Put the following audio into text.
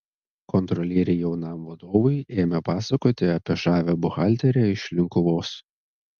kontrolieriai jaunam vadovui ėmė pasakoti apie žavią buhalterę iš linkuvos